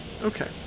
Okay